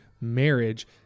marriage